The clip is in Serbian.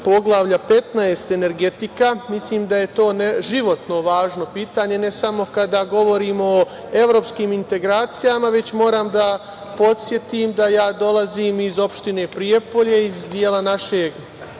Poglavlja 15 - energetika. Mislim da je to životno važno pitanje, ne samo kada govorimo o evropskim integracijama, već moram da podsetim da ja dolazim iz opštine Prijepolje, iz dela naše